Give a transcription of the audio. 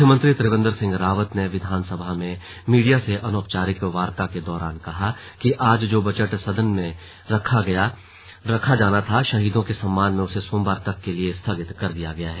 मुख्यमंत्री त्रिवेंद्र सिंह रावत ने विधानसभा में मीडिया से अनौपचारिक वार्ता के दौरान कहा कि आज जो बजट सदन के पटल पर रखा जाना था शहीदों के सम्मान में उसे सोमवार तक के लिए स्थगित किया गया है